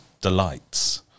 delights